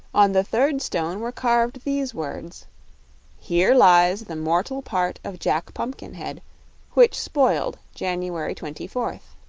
on the third stone were carved these words here lies the mortal part of jack pumpkinhead which spoiled january twenty fourth.